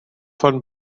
von